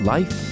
Life